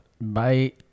bye